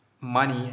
money